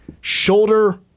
Shoulder